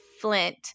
flint